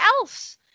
else